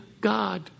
God